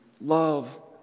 love